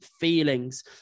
feelings